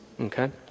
okay